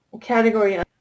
category